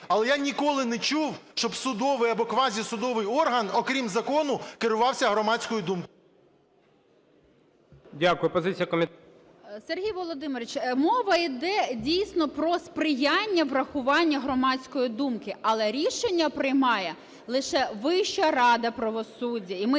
але я ніколи не чув, щоб судовий або квазісудовий орган, окрім закону, керувався громадською думкою. ГОЛОВУЮЧИЙ. Дякую. Позиція комітету? 10:59:16 ВЕНЕДІКТОВА І.В. Сергій Володимирович, мова йде дійсно про сприяння врахування громадської думки, але рішення приймає лише Вища рада правосуддя,